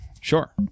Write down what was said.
Sure